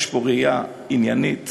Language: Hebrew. יש פה ראייה עניינית,